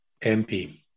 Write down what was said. MP